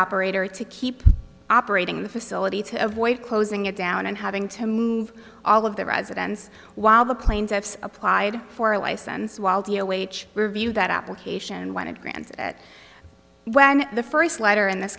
operator to keep operating the facility to avoid closing it down and having to move all of the residents while the plaintiffs applied for a license while he awaits review that application when it grants when the first letter in this